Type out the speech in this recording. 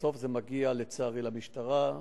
בסוף זה מגיע, לצערי, למשטרה,